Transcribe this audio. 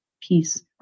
peace